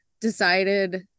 decided